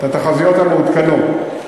את התחזיות המעודכנות.